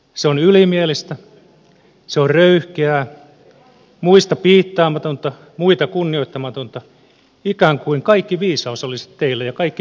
se on ylimielistä se on röyhkeää muista piittaamatonta muita kunnioittamatonta ikään kuin kaikki viisaus olisi teillä ja kaikki tyhmyys meillä muilla